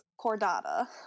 cordata